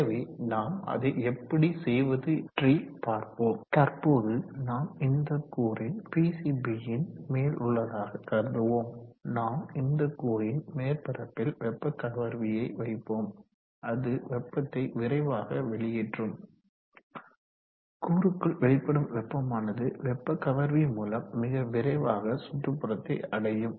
எனவே நாம் அதை எப்படி செய்வது பற்றி பார்ப்போம் தற்போது நாம் இந்த கூறை பிசிபி ன் மேல் உள்ளதாக கருதுவோம் நாம் இந்த கூறின் மேற்பரப்பில் வெப்ப கவர்வியை வைப்போம் அது வெப்பத்தை விரைவாக வெளியேற்றும் கூறுக்குள் வெளிப்படும் வெப்பமானது வெப்ப கவர்வி மூலம் மிக விரைவாக சுற்றுப்புறத்தை அடையும்